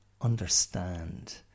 understand